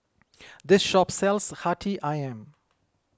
this shop sells Hati Ayam